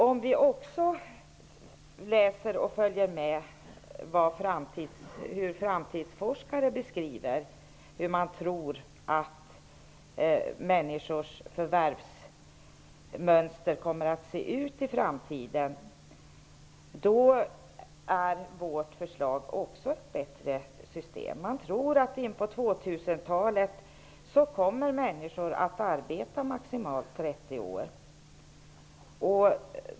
Om vi läser och följer med i hur framtidsforskare tror att människors förvärvsmönster kommer att se ut i framtiden, finner vi att vårt förslag ger ett bättre system. Forskarna tror att människor inpå 2000 talet kommer att arbeta maximalt 30 år.